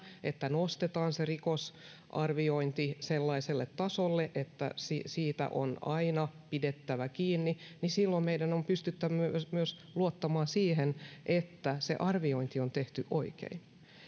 että nostamme sen rikosarvioinnin sellaiselle tasolle että siitä on aina pidettävä kiinni niin silloin meidän on pystyttävä myös myös luottamaan siihen että se arviointi on tehty oikein